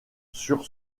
sur